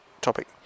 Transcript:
topic